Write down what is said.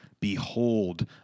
behold